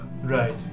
Right